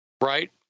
right